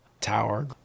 Tower